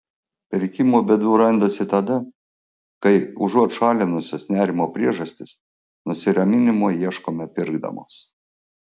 pirkimo bėdų randasi tada kai užuot šalinusios nerimo priežastis nusiraminimo ieškome pirkdamos